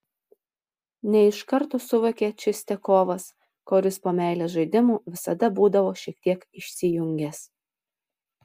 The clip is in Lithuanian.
ne iš karto suvokė čistiakovas kuris po meilės žaidimų visada būdavo šiek tiek išsijungęs